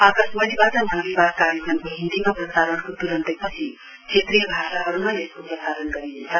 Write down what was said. आकाशवाणीवाट मन की बात कार्यक्रमको हिन्दीमा प्रसारणको तूरन्तैपछि क्षेत्रीय भाषाहरुमा यसको प्रसारण गरिनेछ